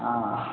ଅ